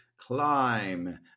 climb